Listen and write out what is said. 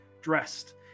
dressed